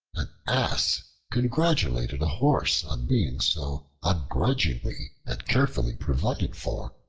ass congratulated a horse on being so ungrudgingly and carefully provided for,